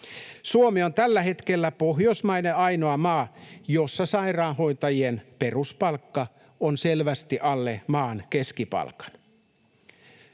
Suomi on tällä hetkellä Pohjoismaiden ainoa maa, jossa sairaanhoitajien peruspalkka on selvästi alle maan keskipalkan.